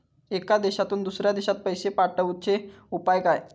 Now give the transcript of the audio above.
एका देशातून दुसऱ्या देशात पैसे पाठवचे उपाय काय?